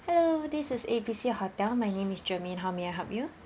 hello this is A B C hotel my name is germaine how may I help you